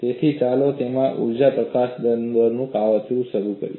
તેથી ચાલો તેમાંથી ઊર્જા પ્રકાશન દરનું કાવતરું શરૂ કરીએ